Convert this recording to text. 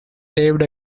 saved